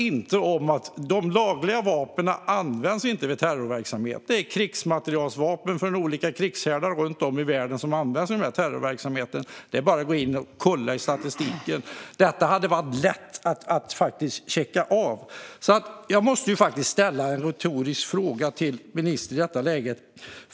De lagliga vapnen används inte i terrorverksamhet. Det är krigsmaterielvapen från olika krigshärdar runt om i världen som används i terrorverksamheten. Det är bara att kolla i statistiken. Det hade varit lätt att checka av. Jag måste faktiskt ställa en retorisk fråga till ministern.